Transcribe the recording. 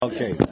Okay